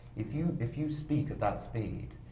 if you if you speak at that speed,